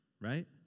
right